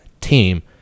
team